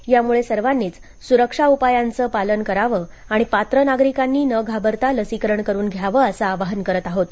त्यामूळे सर्वांनीच सुरक्षा उपायांचं पालन करावं आणि पात्र नागरिकांनी न घाबरता लसीकरण करून घ्यावं असं आवाहन करत आहोत